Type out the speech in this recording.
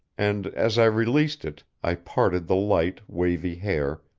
and, as i released it, i parted the light, wavy hair,